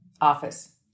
Office